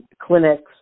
clinics